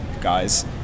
guys